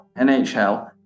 NHL